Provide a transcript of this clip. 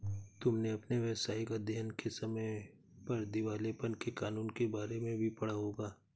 तुमने अपने व्यावसायिक अध्ययन के समय पर दिवालेपन के कानूनों के बारे में भी पढ़ा होगा